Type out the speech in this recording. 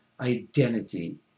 identity